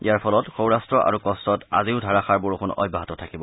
ইয়াৰ ফলত সৌৰাট্ট আৰু কচ্চত আজিও ধাৰাষাৰ বৰষুণ অব্যাহত থাকিব